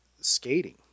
skating